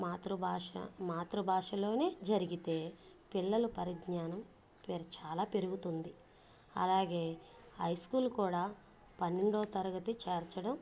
మాతృ భాష మాతృ భాషలోనే జరిగితే పిల్లలు పరిజ్ఞానం పే చాలా పెరుగుతుంది అలాగే హై స్కూల్ కూడా పన్నెండో తరగతి చేర్చడం